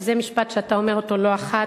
וזה משפט שאתה אומר לא אחת,